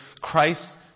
Christ